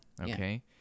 okay